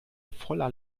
voller